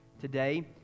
Today